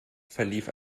verlief